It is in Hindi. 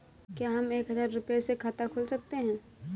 क्या हम एक हजार रुपये से खाता खोल सकते हैं?